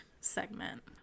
segment